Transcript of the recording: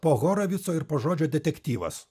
po horovico ir po žodžio detektyvas